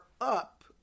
up